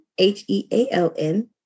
H-E-A-L-N